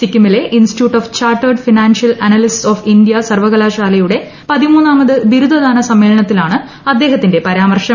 സിക്കിമിലെ institute of chartered financial analysts of India സർവകലാശാലയുടെ പതിമൂന്നാമത് ബിരുദ ദാന സമ്മേളനത്തിലാണ് അദ്ദേഹത്തിന്റെ പരാമർശം